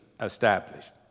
established